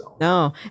no